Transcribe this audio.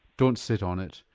don't sit on it,